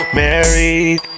married